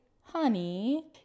honey